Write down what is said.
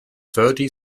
thirty